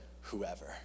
whoever